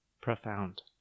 profound